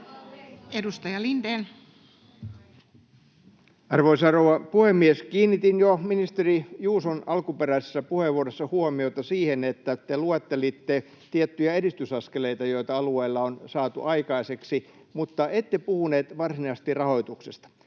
16:21 Content: Arvoisa rouva puhemies! Kiinnitin jo ministeri Juuson alkuperäisessä puheenvuorossa huomiota siihen, että te luettelitte tiettyjä edistysaskeleita, joita alueilla on saatu aikaiseksi, mutta ette puhuneet varsinaisesti rahoituksesta.